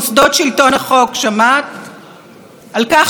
על כך שהדמוקרטיה היא לא רק שלטון הרוב אלא גם,